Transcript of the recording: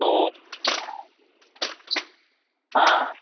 hello হ্যাঁ